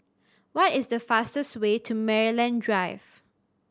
what is the fastest way to Maryland Drive